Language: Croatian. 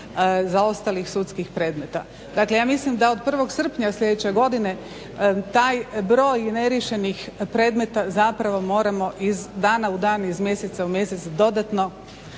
zaostalih sudskih predmeta. Dakle, ja mislim da od 1. srpnja sljedeće godine taj broj neriješenih predmeta zapravo moramo iz dana u dan, iz mjeseca u mjesec dodatno